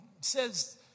says